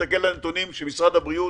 ותסתכל על הנתונים שמשרד הבריאות